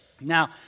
Now